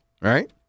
Right